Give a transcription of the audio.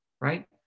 Right